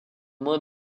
mains